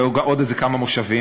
היו עוד איזה כמה מושבים.